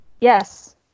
yes